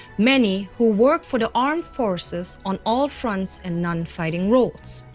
many who worked for the armed forces on all fronts in non-fighting roles.